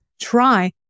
try